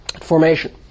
formation